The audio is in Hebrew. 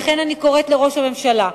לכן אני קוראת לראש הממשלה,